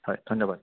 হয় ধন্যবাদ